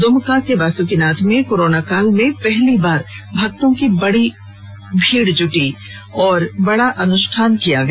दुमका के बासुकीनाथ में कोराना काल में पहली बार बाबा भक्तों की बड़ी भीड़ जुटी और बड़ा अनुष्ठान किया गया